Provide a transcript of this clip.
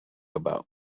about